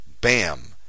Bam